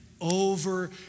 over